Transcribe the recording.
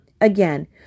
Again